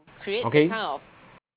okay